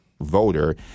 voter